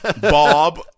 bob